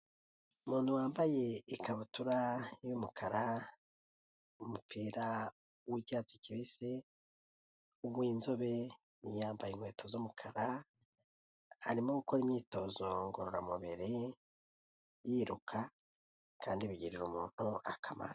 Umuntu wambaye ikabutura y'umukara n'umupira w'icyatsi kibisi w'inzobe, yambaye inkweto z'umukara, arimo gukora imyitozo ngororamubiri yiruka kandi bigirira umuntu akamaro.